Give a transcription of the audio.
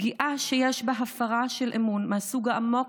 פגיעה שיש בה הפרה של אמון מהסוג העמוק